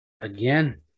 Again